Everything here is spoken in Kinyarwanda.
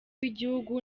w’igihugu